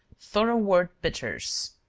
thoroughwort bitters.